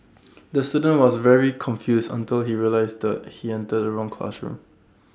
the student was very confused until he realised he entered the wrong classroom